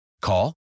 Call